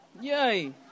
Yay